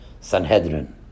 Sanhedrin